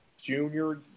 junior